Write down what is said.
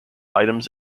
items